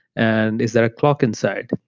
and is there a clock inside?